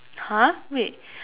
!huh! wait